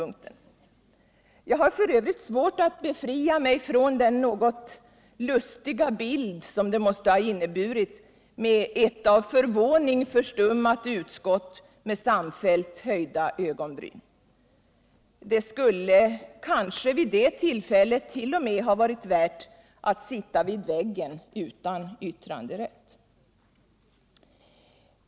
Jag har f.ö. svårt att befria mig från den något lustiga bilden av ett av förvåning förstummat utskott med samfällt höjda ögonbryn. Det skulle kanske vid det tillfället t.o.m. ha varit värt att sitta vid väggen utan vitranderätt.